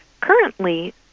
Currently